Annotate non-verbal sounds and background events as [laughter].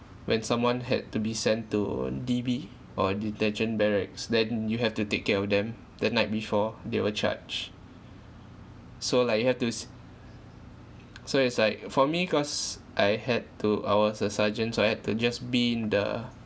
when someone had to be sent to D_B or detention barracks then you have to take care of them the night before they were charged so like you have to s~ [noise] so it's like for me cause I had to I was a sergeant so I just had to just be in the